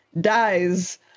dies